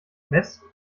mess